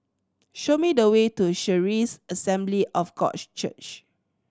show me the way to Charis Assembly of God Church